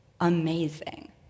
amazing